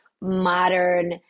modern